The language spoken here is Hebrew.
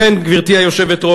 לכן, גברתי היושבת-ראש,